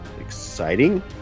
exciting